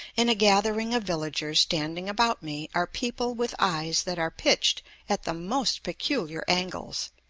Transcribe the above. in a gathering of villagers standing about me are people with eyes that are pitched at the most peculiar angles,